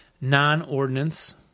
non-ordinance